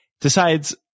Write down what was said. decides